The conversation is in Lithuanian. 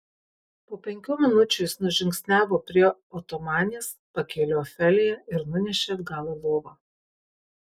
po penkių minučių jis nužingsniavo prie otomanės pakėlė ofeliją ir nunešė atgal į lovą